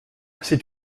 c’est